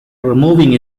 removing